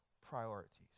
priorities